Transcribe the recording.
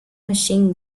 machine